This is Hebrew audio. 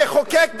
המחוקק,